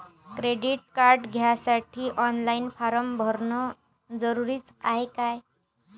Credit card घ्यासाठी online form भरन जरुरीच हाय का?